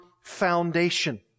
foundation